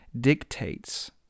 dictates